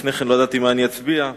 לפני כן לא ידעתי מה אצביע בדיוק,